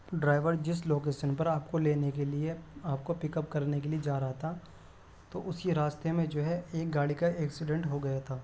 driver جس location پر آپ کو لینے کے لیے آپ کو پک آپ کرنے کے جا رہا تھا تو اسی راستے میں جو ہے ایک گاڑی کا ایکسیڈنٹ ہو گیا تھا